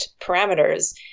parameters